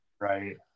right